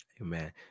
Amen